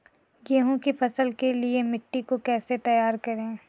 गेहूँ की फसल के लिए मिट्टी को कैसे तैयार करें?